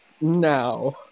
Now